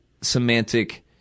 semantic